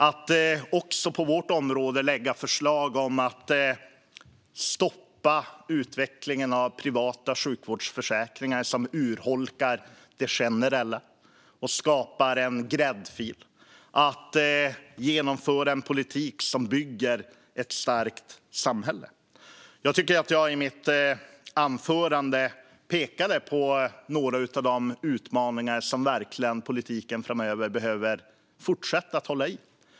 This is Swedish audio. Vi lägger också på detta område förslag om att stoppa utvecklingen av privata sjukvårdsförsäkringar som urholkar de generella och skapar en gräddfil och om att genomföra en politik som bygger ett starkt samhälle. Jag tycker att jag i mitt anförande pekade på några av de utmaningar som politiken framöver verkligen behöver fortsätta att hålla i.